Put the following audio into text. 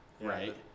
right